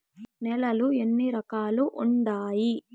నేలలు ఎన్ని రకాలు వుండాయి?